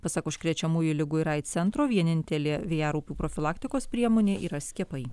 pasak užkrečiamųjų ligų ir aids centro vienintelė vėjaraupių profilaktikos priemonė yra skiepai